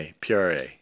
PRA